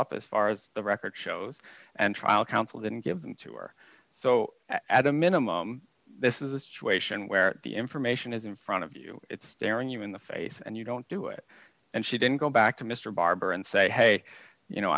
up as far as the record shows and trial counsel didn't give them to or so at a minimum this is a situation where the information is in front of you it's staring you in the face and you don't do it and she didn't go back to mr barber and say hey you know